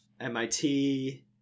MIT